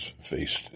faced